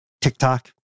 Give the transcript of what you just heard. TikTok